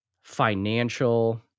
financial